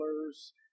colors